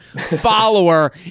follower